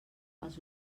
els